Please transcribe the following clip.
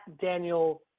Daniel